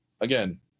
again